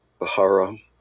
Bahara